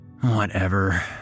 Whatever